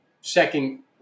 second